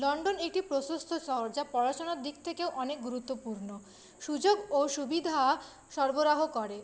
London একটি প্রশস্ত শহর যা পড়াশোনার দিক থেকেও অনেক গুরুত্বপূর্ণ সুযোগ ও সুবিধা সরবরাহ করে